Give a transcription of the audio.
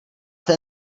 ten